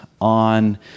on